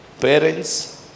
parents